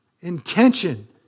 intention